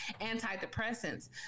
Antidepressants